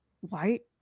white